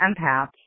empaths